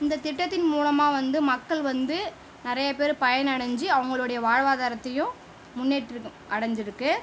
இந்த திட்டத்தின் மூலமாக வந்து மக்கள் வந்து நிறைய பேர் பயன் அடைஞ்சி அவங்களோடய வாழ்வாதாரத்தையும் முன்னேற்றம் அடைஞ்சிருக்கு